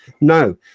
No